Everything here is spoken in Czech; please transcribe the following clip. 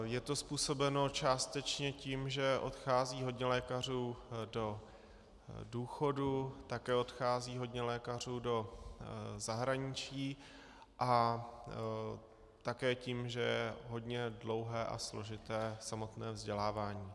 Je to způsobeno částečně tím, že odchází hodně lékařů do důchodu, také odchází hodně lékařů do zahraničí, a také tím, že je hodně dlouhé a složité samotné vzdělávání.